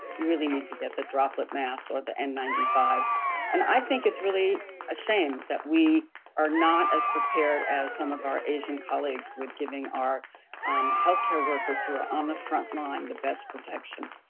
you really need to get the droplet masks or the n nine five and i think it's really a shame that we are not as prepared as some of our asian colleagues with giving our healthcare workers who are on the front line the best protection.